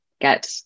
get